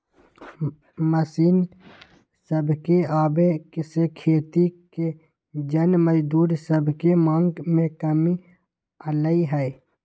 machine सभके आबे से खेती के जन मजदूर सभके मांग में कमी अलै ह